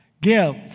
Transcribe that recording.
give